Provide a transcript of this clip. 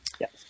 yes